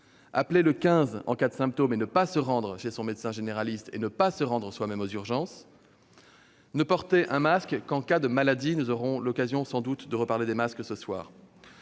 appeler le 15 en cas de symptômes, ne pas se rendre chez son médecin généraliste, ne pas se rendre soi-même aux urgences ; et ne porter un masque qu'en cas de maladie- nous aurons sans doute l'occasion de reparler des masques au cours